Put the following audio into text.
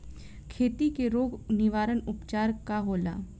खेती के रोग निवारण उपचार का होला?